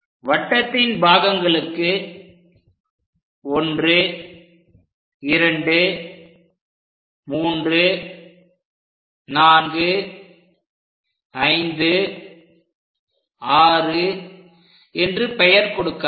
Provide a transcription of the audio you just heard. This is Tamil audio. வட்டத்தின் பாகங்களுக்கு 1 2 3 4 5 6 என்று பெயர் கொடுக்கலாம்